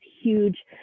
huge